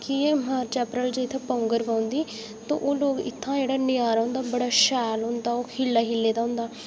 की जे March April च इत्थैं पौंगर पौंदी तो ओह् लोक इत्थूं दा ऩजारा बड़ा शैल होंदा ओह् खिड़े खिड़े दा होंदा